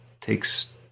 takes